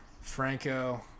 Franco